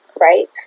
Right